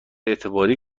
اعتباری